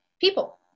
people